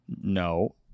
No